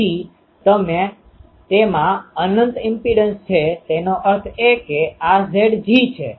તેથી જો હું મૂળભૂત રીતે Ψમાં ફેરફાર કરું તો cosΨ બદલાઈ જાય છે